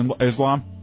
Islam